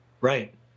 Right